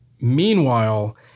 Meanwhile